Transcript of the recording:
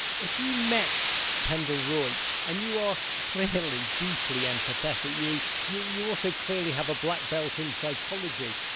if you met kendall roy and you are clearly, deeply empathetic, you you you also clearly have a blackbelt in psychology,